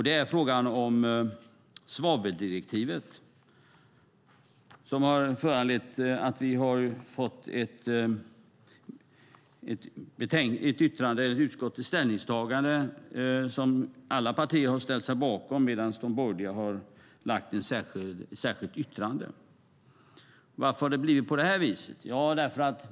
Det är frågan om svaveldirektivet som har föranlett ett ställningstagande från utskottet som alla partier har ställt sig bakom men som de borgerliga också har lagt fram ett särskilt yttrande om. Varför har det blivit på det här viset?